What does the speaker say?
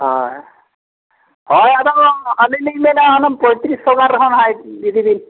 ᱦᱳᱭ ᱦᱳᱭ ᱟᱫᱚ ᱟᱹᱞᱤᱧ ᱞᱤᱧ ᱢᱮᱱᱮᱫᱼᱟ ᱚᱱᱟ ᱯᱚᱸᱭᱛᱤᱨᱤᱥ ᱥᱚ ᱜᱟᱱ ᱦᱟᱸᱜ ᱤᱫᱤ ᱵᱤᱱ